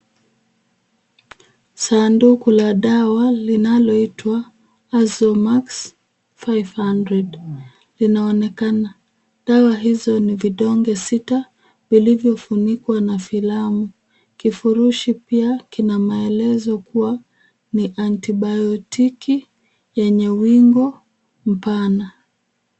Sanduku la dawa linaloitwa AZOMAX 500, linaonekana. Dawa hizo ni vidonge sita vilivyofunikwa na filamu. Kifurushi pia kina maelezo kuwa ni antibiotiki yenye wingo mpana.